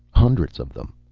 hundreds of them.